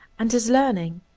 and his learning.